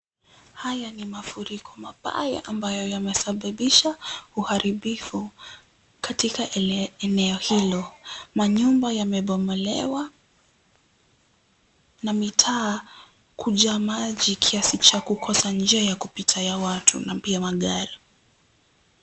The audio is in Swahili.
Haya ni mafuriko mabaya ambayo yamesababisha uharibifu katika eneo hilo. Manyumba yamebomolewa na mitaa kujaa maji kiasi cha kukosa njia ya kupita ya watu na pia magari.